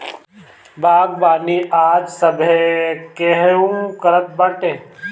बागवानी आज सभे केहू करत बाटे